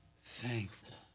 thankful